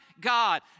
God